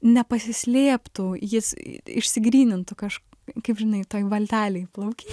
nepasislėptų jis išsigrynintų kaž kaip žinai toj valtelėj plauki